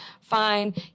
Fine